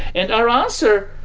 and our answer,